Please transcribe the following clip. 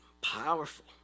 powerful